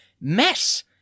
mess